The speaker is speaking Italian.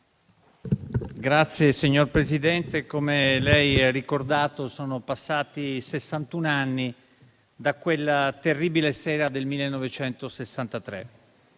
Signor Presidente, come lei ha ricordato, sono passati sessantun'anni da quella terribile sera del 1963.